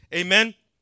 Amen